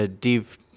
Div